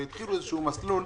והתחילו איזה מסלול,